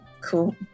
cool